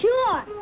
Sure